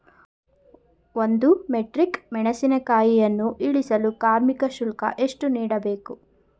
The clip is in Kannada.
ಒಂದು ಮೆಟ್ರಿಕ್ ಮೆಣಸಿನಕಾಯಿಯನ್ನು ಇಳಿಸಲು ಕಾರ್ಮಿಕ ಶುಲ್ಕ ಎಷ್ಟು ನೀಡಬೇಕು?